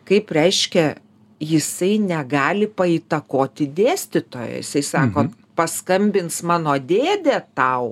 kaip reiškia jisai negali paįtakoti dėstytoją sako paskambins mano dėdė tau